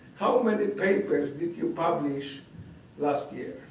how many papers did you publish last year?